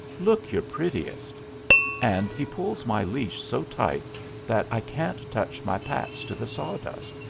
look your prettiest and he pulls my leash so tight that i can't touch my pats to the sawdust,